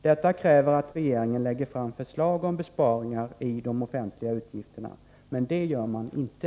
Detta kräver att regeringen lägger fram förslag om besparingar i de offentliga utgifterna — men det gör man inte.